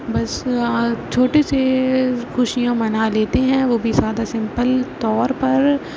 بس ہاں چھوٹی سے خوشیاں منا لیتے ہیں وہ بھی سادہ سمپل طور پر